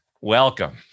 Welcome